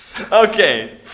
Okay